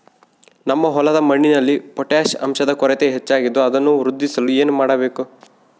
ನಮ್ಮ ಹೊಲದ ಮಣ್ಣಿನಲ್ಲಿ ಪೊಟ್ಯಾಷ್ ಅಂಶದ ಕೊರತೆ ಹೆಚ್ಚಾಗಿದ್ದು ಅದನ್ನು ವೃದ್ಧಿಸಲು ಏನು ಮಾಡಬೇಕು?